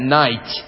night